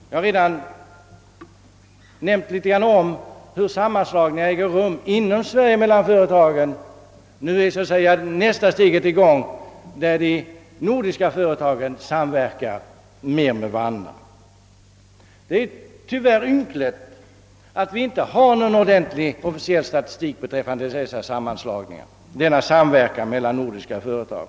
Jag har redan något redovisat hur sammanslagningar mellan företag äger rum inom Sverige. Så tas alltså nästa steg — de nordiska företagen börjar samverka med varandra. Det är ynkligt att vi inte har någon ordentlig officiell statistik beträffande denna samverkan mellan nordiska företag.